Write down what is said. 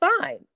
fine